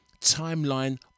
timeline